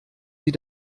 sie